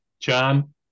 John